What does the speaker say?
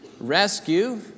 rescue